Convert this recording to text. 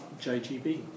JGB